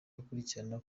akurikirana